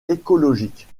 écologiques